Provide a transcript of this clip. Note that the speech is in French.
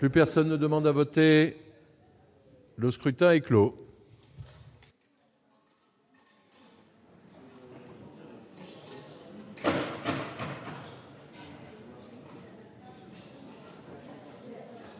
Et personne ne demande à voter. Le scrutin est clos.